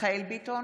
מיכאל מרדכי ביטון,